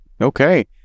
Okay